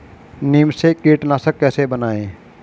नीम से कीटनाशक कैसे बनाएं?